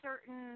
certain